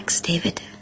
David